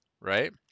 right